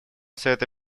совета